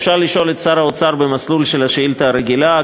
אפשר לשאול את שר האוצר במסלול של השאילתה הרגילה,